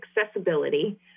accessibility